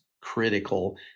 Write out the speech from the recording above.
critical